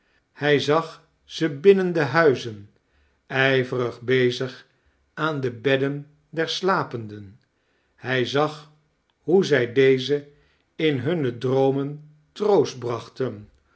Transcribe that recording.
hij zag ze binnen de huizen ijverig bezig aan de bedden der slapenden hij zag hoe zij dezen in hunne droomen troost bi-achten